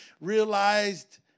realized